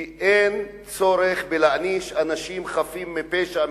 כי אין צורך להעניש אנשים חפים מפשע,